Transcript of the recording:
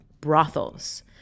brothels